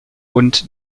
und